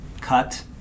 cut